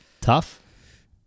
Tough